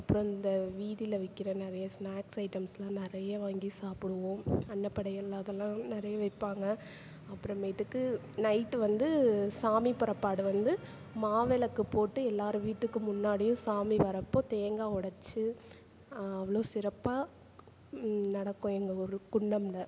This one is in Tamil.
அப்புறம் இந்த வீதியில் விற்கிற நிறைய ஸ்நாக்ஸ் ஐட்டம்ஸ்லாம் நிறைய வாங்கி சாப்பிடுவோம் அன்னப்படையலில் அதெல்லாம் நிறைய வைப்பாங்க அப்புறமேட்டுக்கு நைட் வந்து சாமி புறப்பாடு வந்து மாவிளக்கு போட்டு எல்லார் வீட்டுக்கு முன்னாடியும் சாமி வர்றப்போ தேங்காய் ஒடைச்சி அவ்வளோ சிறப்பாக நடக்கும் எங்கள் ஊர் குன்னம்ல